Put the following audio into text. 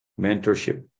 mentorship